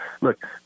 Look